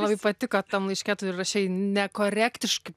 labai patiko tam laiške rašei nekorektiški